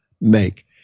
make